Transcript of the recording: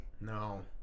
No